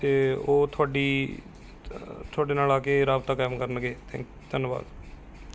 ਅਤੇ ਉਹ ਤੁਹਾਡੀ ਤੁਹਾਡੇ ਨਾਲ਼ ਆ ਕੇ ਰਾਬਤਾ ਕਾਇਮ ਕਰਨਗੇ ਥੈਂਕ ਧੰਨਵਾਦ